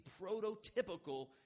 prototypical